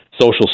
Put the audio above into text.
social